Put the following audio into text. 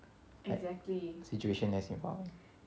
situation as